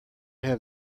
have